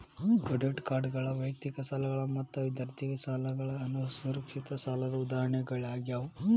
credit ಕಾರ್ಡ್ಗಳ ವೈಯಕ್ತಿಕ ಸಾಲಗಳ ಮತ್ತ ವಿದ್ಯಾರ್ಥಿ ಸಾಲಗಳ ಅಸುರಕ್ಷಿತ ಸಾಲದ್ ಉದಾಹರಣಿಗಳಾಗ್ಯಾವ